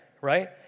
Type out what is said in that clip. right